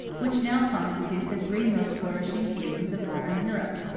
which now constitute the three most flourishing kingdoms of modern europe.